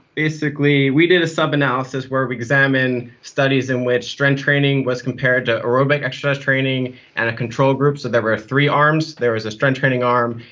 basically we did a sub-analysis where we examined studies in which strength training was compared to aerobic exercise training and a control group, so there were three arms there was the strength training arm,